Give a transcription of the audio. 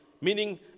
Meaning